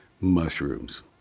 mushrooms